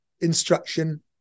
instruction